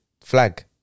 flag